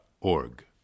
org